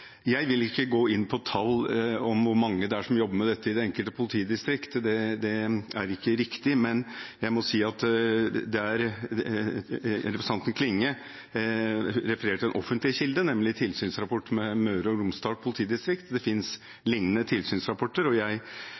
Jeg vil ikke gå inn på tall, hvor mange som jobber med dette i det enkelte politidistrikt, det er ikke riktig. Representanten Klinge refererer til en offentlig kilde, nemlig en tilsynsrapport fra Møre og Romsdal politidistrikt, og det finnes lignende tilsynsrapporter.